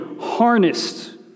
harnessed